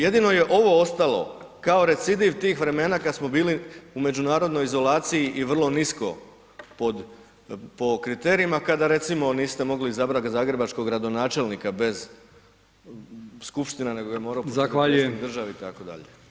Jedino je ovo ostalo kao recidiv tih vremena kada smo bili u međunarodnoj izolaciji i vrlo nisko po kriterijima kada recimo niste mogli izabrati zagrebačkog gradonačelnika bez skupštine nego je morao ... države itd.